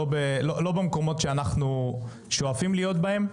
לא במקום שאנחנו שואפים להיות בו.